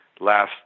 last